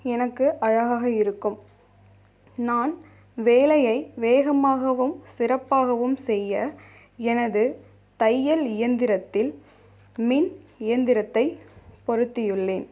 எனக்கு அழகாக இருக்கும் நான் வேலையை வேகமாகவும் சிறப்பாகவும் செய்ய எனது தையல் இயந்திரத்தில் மின் இயந்திரத்தை பொருத்தியுள்ளேன்